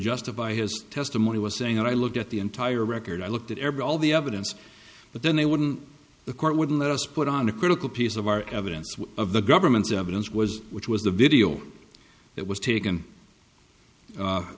justify his testimony was saying i looked at the entire record i looked at every all the evidence but then they wouldn't the court wouldn't let us put on a critical piece of our evidence of the government's evidence was which was the video that was taken